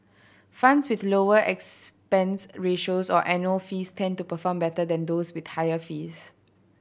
funds with lower expense ratios or annual fees tend to perform better than those with higher fees